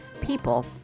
people